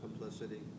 complicity